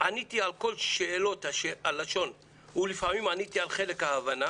עניתי על כל שאלות הלשון ולפעמים עניתי על חלק ההבנה,